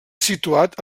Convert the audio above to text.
situat